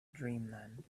dreamland